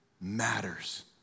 matters